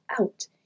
out